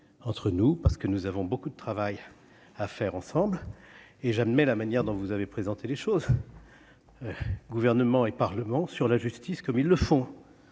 entre nous parce que nous avons beaucoup de travail à faire ensemble et j'admets la manière dont vous avez présenté les choses, gouvernement et Parlement sur la justice, comme ils le font